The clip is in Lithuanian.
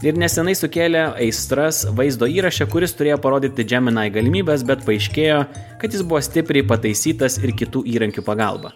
ir neseniai sukėlė aistras vaizdo įraše kuris turėjo parodyti džeminai galimybes bet paaiškėjo kad jis buvo stipriai pataisytas ir kitų įrankių pagalba